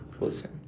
Listen